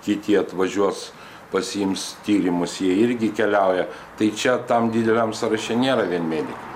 kiti atvažiuos pasiims tyrimus jie irgi keliauja tai čia tam dideliam sąraše nėra vien medikai